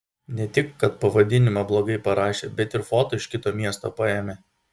ne tik kad pavadinimą blogai parašė bet ir foto iš kito miesto paėmė